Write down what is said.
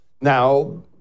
Now